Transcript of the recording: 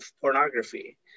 pornography